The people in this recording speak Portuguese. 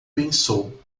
pensou